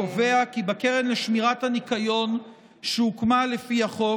קובע כי בקרן לשמירת הניקיון שהוקמה לפי החוק